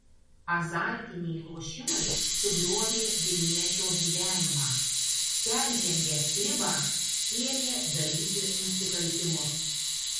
azartiniai lošimai sugriovė vilniečio gyvenimą peržengęs ribą ėmė daryti nusikaltimus